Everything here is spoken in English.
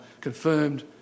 confirmed